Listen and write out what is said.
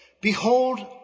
Behold